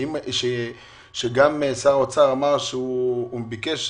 הגם שהיתה הכרה אמריקאית